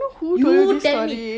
I don't know who told you this story